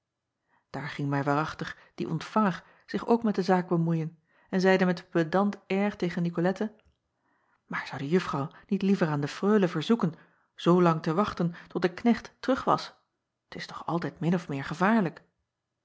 aar ging mij waarachtig die ontvanger zich ook met de zaak bemoeien en zeide met een pedant air tegen icolette maar zou de uffrouw niet liever aan de reule verzoeken zoolang te wachten tot de knecht terug was t s toch altijd min of meer gevaarlijk